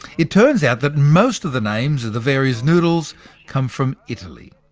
it turns out that most of the names of the various noodles come from italy.